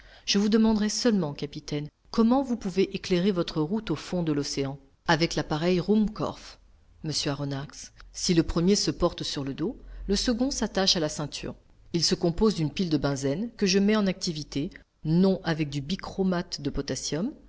je vous demanderai seulement capitaine comment vous pouvez éclairer votre route au fond de l'océan avec l'appareil ruhmkorff monsieur aronnax si le premier se porte sur le dos le second s'attache à la ceinture il se compose d'une pile de bunzen que je mets en activité non avec du bichromate de potasse